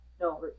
no